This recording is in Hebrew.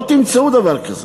לא תמצאו דבר כזה.